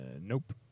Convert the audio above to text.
nope